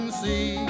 see